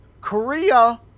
Korea